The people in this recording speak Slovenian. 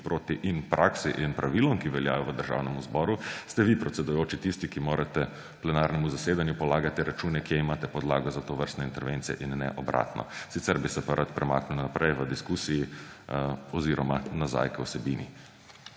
proti in praksi in pravilom, ki veljajo v Državnem zboru, ste vi, predsedujoči, tisti, ki morate plenarnemu zasedanju polagati račune, kje imate podlago za tovrstne intervencije, in ne obratno. Sicer bi se pa rad premaknil naprej v diskusiji oziroma nazaj k vsebini.